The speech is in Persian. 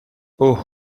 اوه